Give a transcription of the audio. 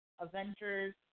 Avengers